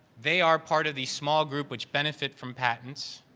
they are part of the small group which benefit from patents,